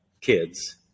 kids